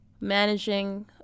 managing